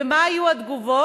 ומה יהיו התגובות?